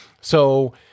So-